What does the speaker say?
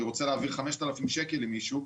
אני רוצה להעביר 5,000 שקלים למישהו,